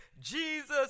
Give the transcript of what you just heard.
Jesus